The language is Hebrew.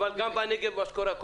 אבל גם מה שקורה בנגב פוליטי,